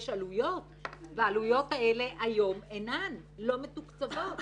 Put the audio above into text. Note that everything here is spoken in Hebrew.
יש עלויות והעלויות האלה היום אינן, לא מתוקצבות.